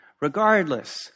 regardless